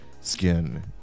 skin